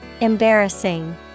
Embarrassing